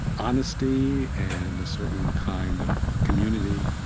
honesty and a certain kind of community,